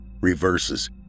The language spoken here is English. reverses